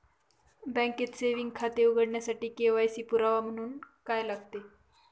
बँकेत सेविंग खाते उघडण्यासाठी के.वाय.सी पुरावा म्हणून लागते का?